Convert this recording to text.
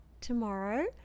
tomorrow